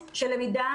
את השרות שלו,